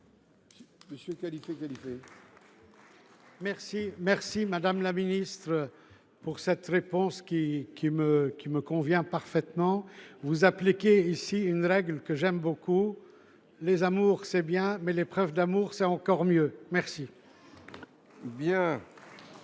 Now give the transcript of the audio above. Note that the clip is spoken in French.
remercie, madame la ministre, pour cette réponse qui me convient parfaitement. Vous appliquez ici une règle que j’aime beaucoup : les amours, c’est bien ; les preuves d’amour, c’est mieux !